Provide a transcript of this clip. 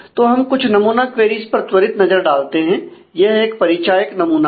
तो हम कुछ नमूना क्वेरीज पर त्वरित नजर डालते हैं यह एक परिचायक नमूना है